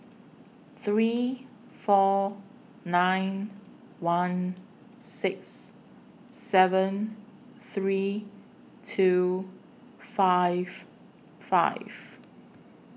three four nine one six seven three two five five